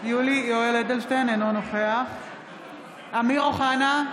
אינו נוכח אמיר אוחנה,